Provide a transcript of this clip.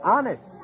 Honest